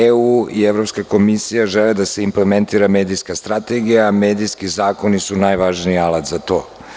Evropska unija i Evropska komisija žele da se implementira medijska strategija, a medijski zakoni su najvažniji alat za to.